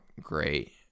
great